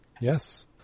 Yes